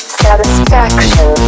satisfaction